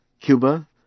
Cuba